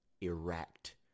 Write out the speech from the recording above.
erect